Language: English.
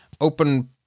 open